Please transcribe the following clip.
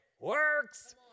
works